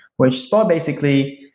with spot basically,